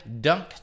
dunk